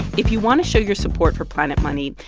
if you want to show your support for planet money,